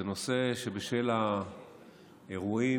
זה נושא שבשל האירועים,